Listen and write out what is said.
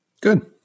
Good